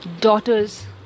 daughters